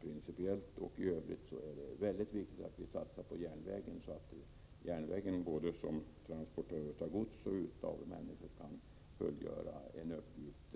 principiellt att det är mycket viktigt att satsa på järnvägen, så att den som transportör av både gods och människor kan fullgöra en uppgift